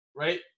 Right